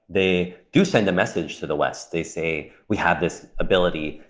they do send a message to the west. they say, we have this ability,